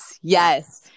yes